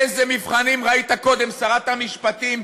איזה מבחנים, ראית קודם, שרת המשפטים,